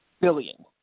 billion